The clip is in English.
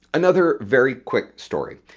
another very quick story.